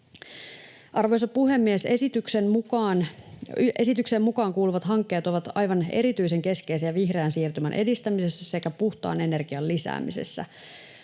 Arvoisa puhemies! Esitykseen mukaan kuuluvat hankkeet ovat aivan erityisen keskeisiä vihreän siirtymän edistämisessä sekä puhtaan energian lisäämisessä.